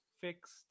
fixed